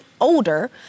older